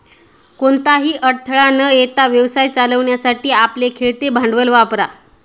कोणताही अडथळा न येता व्यवसाय चालवण्यासाठी आपले खेळते भांडवल वापरा